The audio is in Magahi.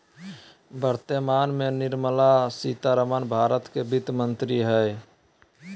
वर्तमान में निर्मला सीतारमण भारत के वित्त मंत्री हइ